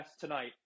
tonight